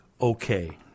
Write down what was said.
okay